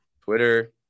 Twitter